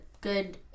good